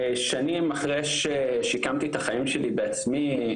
שנים אחרי ששמעתי את החיים שלי בעצמי,